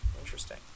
Interesting